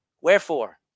wherefore